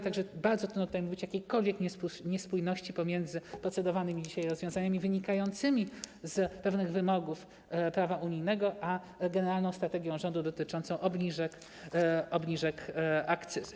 Tak że bardzo trudno tutaj mówić o jakiejkolwiek niespójności pomiędzy procedowanymi dzisiaj rozwiązaniami wynikającymi z pewnych wymogów prawa unijnego a generalną strategią rządu dotyczącą obniżek akcyzy.